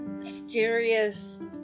scariest